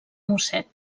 mosset